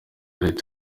leta